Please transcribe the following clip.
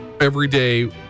everyday